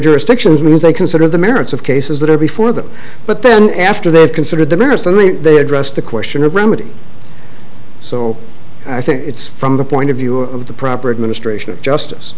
jurisdictions means they consider the merits of cases that are before them but then after they have considered the merits and me they address the question of remedy so i think it's from the point of view of the proper administration of justice